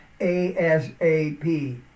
ASAP